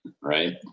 Right